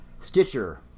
Stitcher